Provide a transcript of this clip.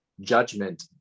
judgment